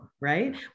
right